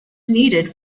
needed